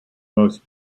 most